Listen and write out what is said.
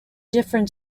different